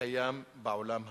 שקיים בעולם הנאור,